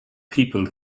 people